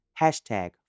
Hashtag